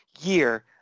year